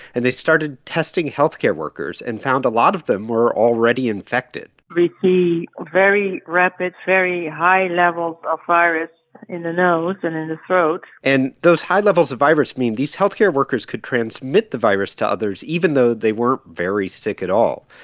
and they started testing health care workers and found a lot of them were already infected we see very rapid, very high levels of virus in the nose and in the throat and those high levels of virus mean these health care workers could transmit the virus to others even though they weren't very sick at all.